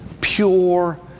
pure